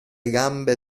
gambe